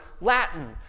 Latin